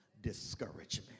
discouragement